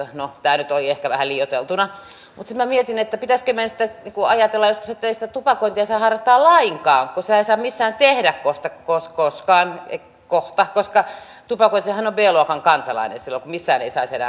no tämä nyt oli ehkä vähän liioiteltuna mutta sitten minä mietin pitäisikö meidän sitten ajatella joskus että ei sitä tupakointia saa harrastaa lainkaan kun sitä ei saa missään tehdä vasta kos kos kaan ei kohta koskaan koska tupakoitsijahan on b luokan kansalainen silloin kun missään ei saisi enää polttaa